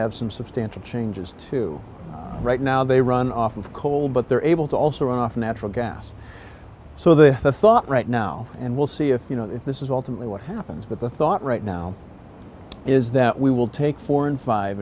have some substantial changes to right now they run off of coal but they're able to also run off natural gas so the thought right now and we'll see if you know if this is ultimately what happens but the thought right now is that we will take four and five